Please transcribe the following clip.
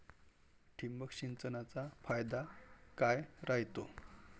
ठिबक सिंचनचा फायदा काय राह्यतो?